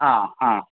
हां हां